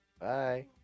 Bye